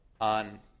on